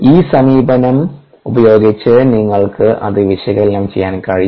ഈ സമീപനം ഉപയോഗിച്ച് നിങ്ങൾക്ക് അത് വിശകലനം ചെയ്യാൻ കഴിയും